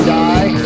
die